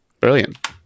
brilliant